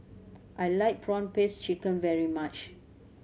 I like prawn paste chicken very much